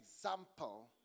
example